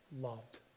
loved